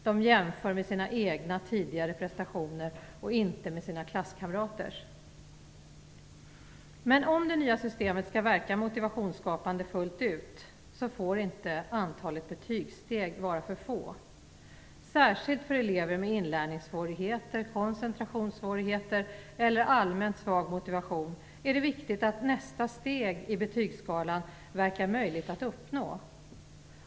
De jämför med sina egna tidigare prestationer och inte med sina klasskamraters. Men om det nya systemet skall verka motivationsskapande fullt ut får inte antalet betygssteg vara för få. Särskilt för elever med inlärningssvårigheter, koncentrationssvårigheter eller allmänt svag motivation är det viktigt att nästa steg i betygsskalan verkar möjlig att uppnå.